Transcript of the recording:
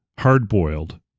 hard-boiled